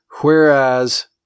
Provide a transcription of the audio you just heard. Whereas